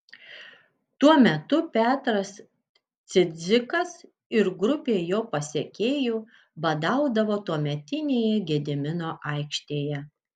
tuo metu petras cidzikas ir grupė jo pasekėjų badaudavo tuometinėje gedimino aikštėje